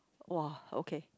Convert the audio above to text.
!wah! okay